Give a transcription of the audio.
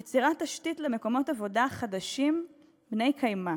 יצירת תשתית למקומות עבודה חדשים בני-קיימא.